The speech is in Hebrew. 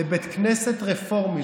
לבית כנסת רפורמי.